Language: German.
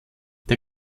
der